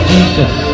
Jesus